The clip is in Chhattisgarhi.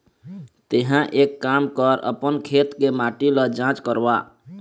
तेंहा एक काम कर अपन खेत के माटी ल जाँच करवा